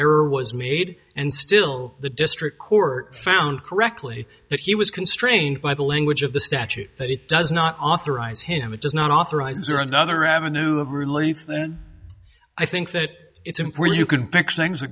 error was made and still the district court found correctly that he was constrained by the language of the statute that it does not authorize him it does not authorize or another avenue of relief then i think that it's important you can fix things